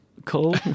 Cole